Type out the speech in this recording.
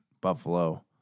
Buffalo